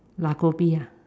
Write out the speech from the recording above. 拉 kopi ah